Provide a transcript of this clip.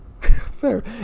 Fair